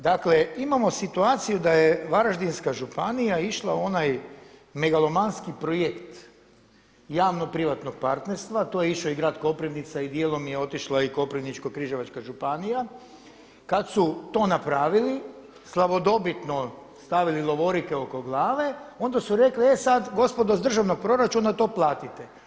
Dakle, imamo situaciju da je Varaždinska županija išla u onaj megalomanski projekt javno privatnog partnerstva, to je išao i Grad Koprivnica i djelom je otišla i Koprivničko-križevačka županija kad su to napravili slavodobitno stavili lovorike oko glave onda su rekli e sad gospodo s državnog proračuna to platite.